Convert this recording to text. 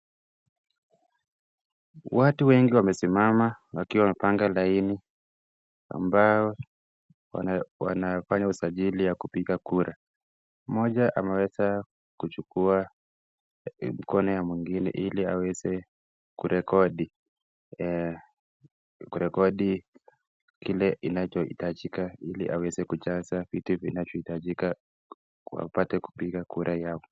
Watu wengi wamesimama wakiwa wamepanga laini ambao wanafanya usajili wa kupiga kura. Mmoja ameweza kuchukua mkono ya mwingine ili aweze kurekodi, kurekodi, ile inacho itajika, ili aweze kucheza vinavyo itajika apate kupiga kura yao.